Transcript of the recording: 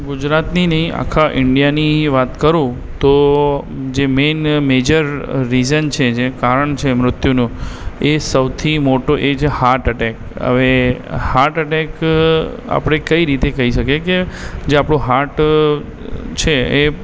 ગુજરાતની નહીં આખા ઈન્ડિયાની વાત કરું તો જે મેઇન મેજર રીઝન છે જે કારણ છે મૃત્યુનું એ સૌથી મોટો એ જ હાર્ટ એટેક હવે હાર્ટ એટેક આપણે કઈ રીતે કહી શકીએ કે જે આપણું હાર્ટ છે એ